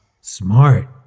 Smart